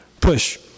Push